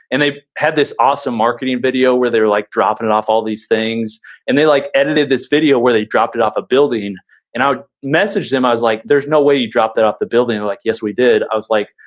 and they had this awesome marketing video where they were like dropping it off all these things and they like edited this video where they dropped it off a building and i would message them. i was like, there's no way you dropped that off the building. they're and like, yes, we did. i was like,